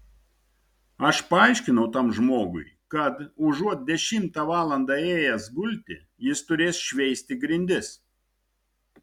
aš paaiškinau tam žmogui kad užuot dešimtą valandą ėjęs gulti jis turės šveisti grindis